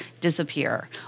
disappear